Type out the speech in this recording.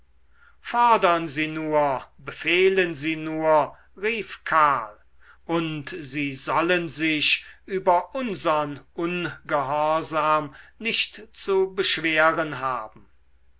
fordern sie nur befehlen sie nur rief karl und sie sollen sich über unsern ungehorsam nicht zu beschweren haben